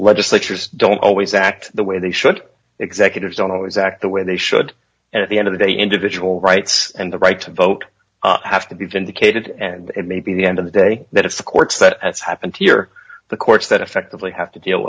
legislatures don't always act the way they should executives don't always act the way they should at the end of the day individual rights and the right to vote have to be vindicated and it may be the end of the day that if the courts that that's happened here the courts that effectively have to deal